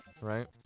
right